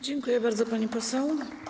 Dziękuję bardzo, pani poseł.